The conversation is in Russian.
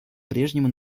прежнему